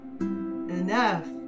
enough